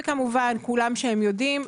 וכמובן כולם שם יודעים,